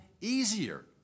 easier